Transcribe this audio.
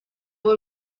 were